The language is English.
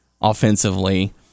offensively